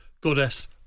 goddess